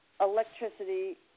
electricity